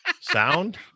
sound